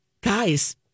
guys